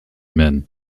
men